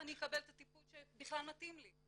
אני אקבל את הטיפול שבכלל מתאים לי.